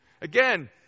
again